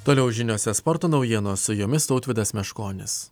toliau žiniose sporto naujienos su jumis tautvydas meškonis